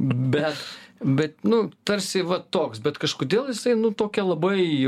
bet bet nu tarsi va toks bet kažkodėl jisai nu tokia labai